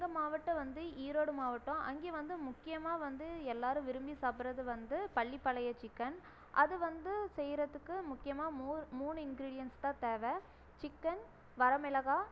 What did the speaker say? எங்கள் மாவட்டம் வந்து ஈரோடு மாவட்டம் அங்கே வந்து முக்கியமாக வந்து எல்லாேரும் விரும்பி சாப்பிட்றது வந்து பள்ளிப்பாளைய சிக்கன் அது வந்து செய்கிறதுக்கு முக்கியமாக மூணு இன்கிரிடியன்ஸ் தான் தேவை சிக்கன் வர மிளகாய்